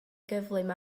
gyflym